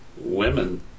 women